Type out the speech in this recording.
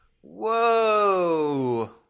Whoa